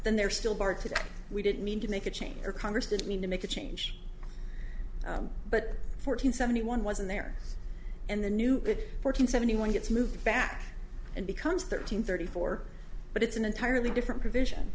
than they're still barred today we didn't mean to make a change or congress didn't mean to make a change but fourteen seventy one wasn't there and the new fourteen seventy one gets moved back and becomes thirteen thirty four but it's an entirely different provision